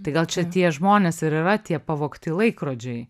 tai gal čia tie žmonės ir yra tie pavogti laikrodžiai